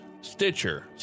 Stitcher